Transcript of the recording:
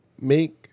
make